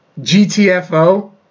GTFO